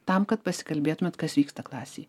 tam kad pasikalbėtumėt kas vyksta klasėj